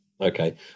okay